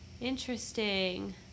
Interesting